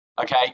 okay